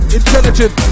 intelligent